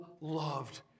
loved